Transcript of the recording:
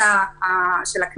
אני